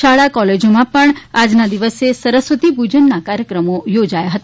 શાળા કોલેજોમાં પણ આજના દિવસે સરસ્વતી પૂજનના કાર્યક્રમો યોજાયા હતા